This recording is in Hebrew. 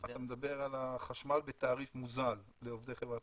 אתה מדבר על החשמל בתעריף מוזל לעובדי החשמל.